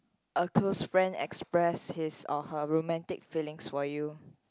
a close friend express his or her romantic feelings for you